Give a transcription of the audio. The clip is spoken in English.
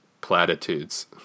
platitudes